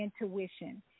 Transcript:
intuition